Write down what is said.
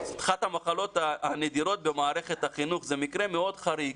אחת המחלות הנדירות במערכת החינוך זה מקרה מאוד חריג.